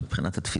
מבחינת התפיסה.